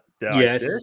Yes